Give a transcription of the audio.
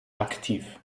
aktiv